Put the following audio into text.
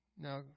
Now